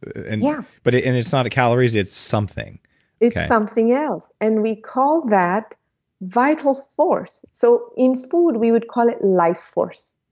and yeah but and it's not a calories, it's something it's something else, and we call that vital force. so in food we would call it life force.